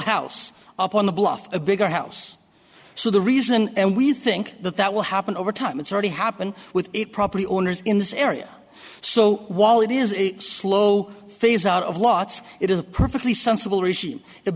house up on the bluff a bigger house so the reason and we think that that will happen over time it's already happened with it property owners in this area so while it is a slow phase out of lots it is a perfectly sensible regime